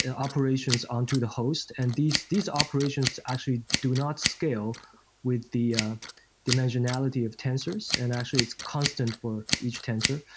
and operations on to the host and these these operations actually do not scale with the ah dimensionality of tensors and actually it's constant for each tensor.